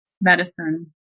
medicine